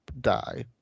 die